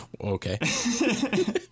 okay